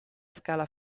scala